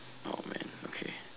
oh man okay